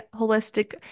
holistic